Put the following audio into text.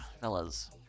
fellas